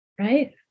right